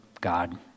God